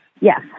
Yes